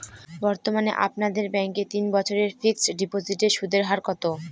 বর্তমানে আপনাদের ব্যাঙ্কে তিন বছরের ফিক্সট ডিপোজিটের সুদের হার কত?